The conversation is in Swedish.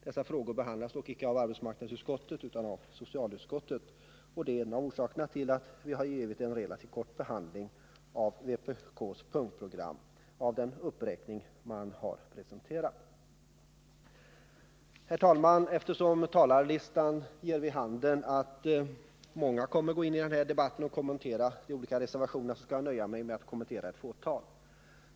Dessa frågor behandlas dock icke av arbetsmarknadsutskottet utan av socialutskottet, och det är en av orsakerna till att vi har givit en relativt kort behandling av den uppräkning som vpk presenterat i sitt punktprogram. Herr talman! Eftersom talarlistan ger vid handen att många kommer att gå in häri debatten och kommentera de olika reservationerna, skall jag nöja mig med att kommentera ett fåtal.